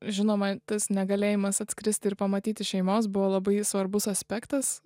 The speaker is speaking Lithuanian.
žinoma tas negalėjimas atskristi ir pamatyti šeimos buvo labai svarbus aspektas